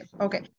okay